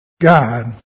God